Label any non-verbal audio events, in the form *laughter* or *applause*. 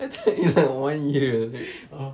*laughs* I thought one year